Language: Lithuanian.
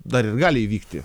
dar ir gali įvykti